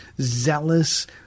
zealous